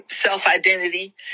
self-identity